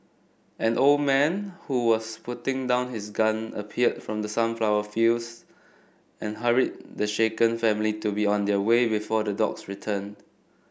an old man who was putting down his gun appeared from the sunflower fields and hurried the shaken family to be on their way before the dogs return